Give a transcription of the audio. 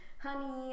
Honey